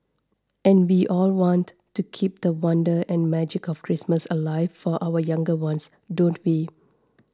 and we all want to keep the wonder and magic of Christmas alive for our younger ones don't we